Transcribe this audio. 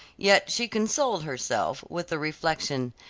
yet she consoled herself with the reflection,